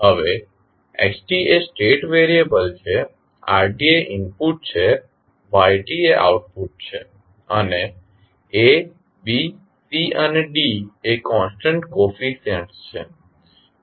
હવે x એ state variable છે r એ ઇનપુટ છે y એ આઉટપુટ છે અને abc અને d એ કોન્સટન્ટ કોફીસ્યંટસ છે